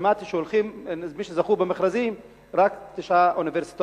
שמעתי שמי שזכו במכרזים הן רק תשע אוניברסיטאות,